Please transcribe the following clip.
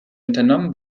unternommen